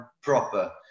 proper